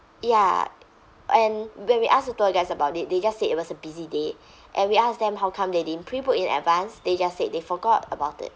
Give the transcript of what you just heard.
ya and when we asked the tour guides about it they just said it was a busy day and we asked them how come they didn't pre-book in advance they just said they forgot about it